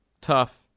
Tough